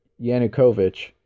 Yanukovych